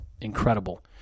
incredible